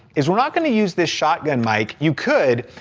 is we're not gonna use this shotgun mic. you could,